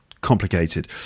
complicated